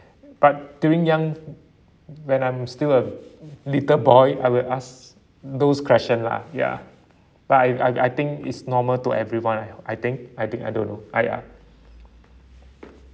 but during young when I'm still a little boy I will ask those question lah ya but I I I think is normal to everyone I think I think I don't know I ya